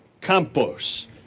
Campos